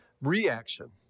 reaction